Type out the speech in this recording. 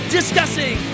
Discussing